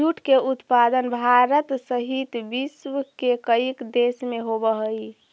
jute के उत्पादन भारत सहित विश्व के कईक देश में होवऽ हइ